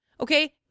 Okay